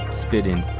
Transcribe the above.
spitting